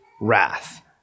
wrath